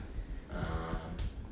err